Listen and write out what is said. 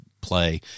play